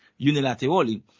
unilaterally